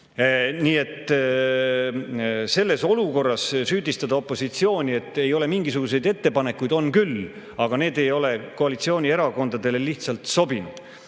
Nii et selles olukorras süüdistada opositsiooni, et ei ole mingisuguseid ettepanekuid … On küll, aga need ei ole koalitsioonierakondadele lihtsalt sobinud.